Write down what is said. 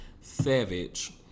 Savage